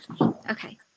okay